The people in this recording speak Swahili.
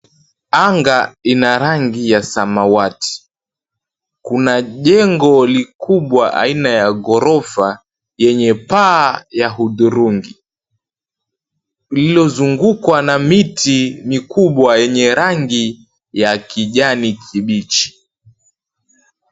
Anga ina rangi ya samawati. Kuna jengo likubwa aina ya ghorofa yenye paa ya hudhurungi lililozungukwa na miti mikubwa yenye rangi ya kijani kibichi.